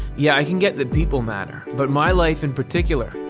yeah, i can get that people matter, but my life in particular?